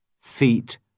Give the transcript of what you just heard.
feet